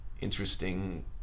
interesting